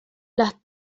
las